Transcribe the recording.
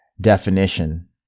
definition